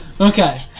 Okay